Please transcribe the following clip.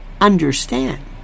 understand